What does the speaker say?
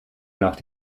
nach